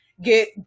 get